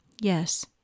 Yes